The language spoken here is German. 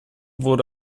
wurde